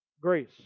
grace